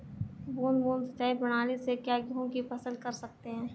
बूंद बूंद सिंचाई प्रणाली से क्या गेहूँ की फसल कर सकते हैं?